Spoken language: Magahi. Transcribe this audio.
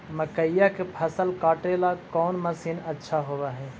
मकइया के फसल काटेला कौन मशीन अच्छा होव हई?